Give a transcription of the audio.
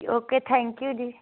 okay thank you ਜੀ